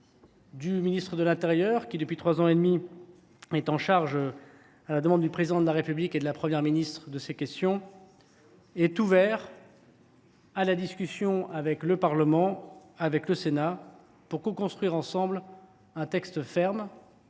le ministre de l’intérieur, qui, depuis trois ans et demi, est chargé, à la demande du Président de la République et de la Première ministre, de ces questions, est ouvert à la discussion avec le Sénat, avec l’ensemble du Parlement, pour coconstruire, ensemble, un texte ferme,